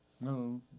No